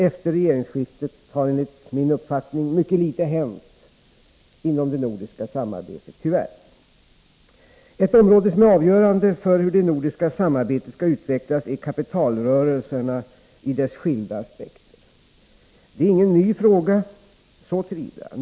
Efter regeringsskiftet har enligt min uppfattning mycket litet hänt inom det nordiska samarbetet — tyvärr. Ett område som är avgörande för hur det nordiska samarbetet skall utvecklas är kapitalrörelserna ur skilda aspekter. Det är ingen ny fråga i detta sammanhang.